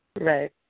Right